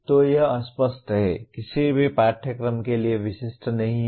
तो यह अस्पष्ट है किसी भी पाठ्यक्रम के लिए विशिष्ट नहीं है